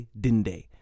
dinde